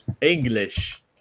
English